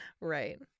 Right